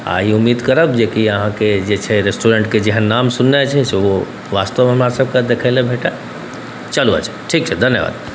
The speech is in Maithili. आओर ई उम्मीद करब जेकि अहाँके जे छै रेस्टोरेन्टके जेहन नाम सुनने छी ओ वास्तवमे हमरासबके ओ देखैलए भेटै चलू अच्छा ठीक छै धन्यवाद